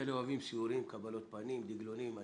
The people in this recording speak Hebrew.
כאלה אוהבים סיורים, קבלות פנים, דגלונים.